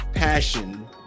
passion